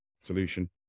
solution